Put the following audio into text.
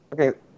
okay